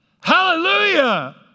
Hallelujah